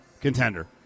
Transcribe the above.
contender